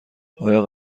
آیا